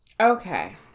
okay